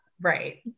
Right